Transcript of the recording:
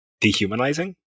dehumanizing